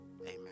Amen